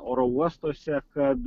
oro uostuose kad